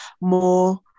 more